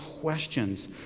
questions